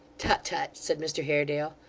tut, tut said mr haredale,